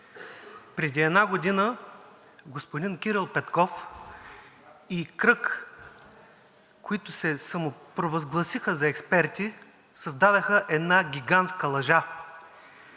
Преди една година господин Кирил Петков и кръг, които се провъзгласиха за експерти, създадоха една гигантска лъжа